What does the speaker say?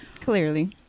clearly